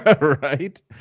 right